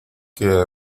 que